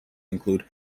include